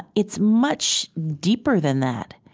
it's much deeper than that.